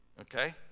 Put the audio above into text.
okay